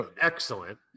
Excellent